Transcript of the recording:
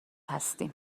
هستیم